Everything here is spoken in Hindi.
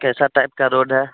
कैसा टाइप का रोड है